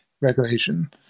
regulation